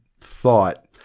thought